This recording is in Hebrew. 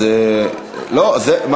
נו, באמת.